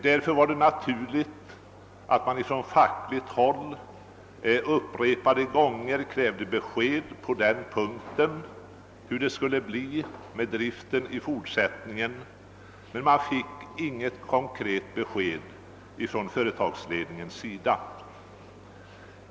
Därför var det naturligt att man på fackligt håll upprepade gånger krävde besked om hur det skulle bli med driften i fortsättningen, men man fick inget konkret besked från företagsledningen.